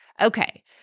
Okay